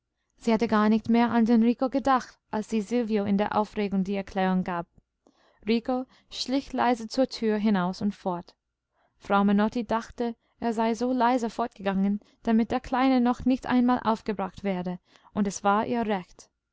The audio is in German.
sie hatte gar nicht mehr an den rico gedacht als sie silvio in der aufregung die erklärung gab rico schlich leise zur tür hinaus und fort frau menotti dachte er sei so leise fortgegangen damit der kleine nicht noch einmal aufgebracht werde und es war ihr recht